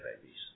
babies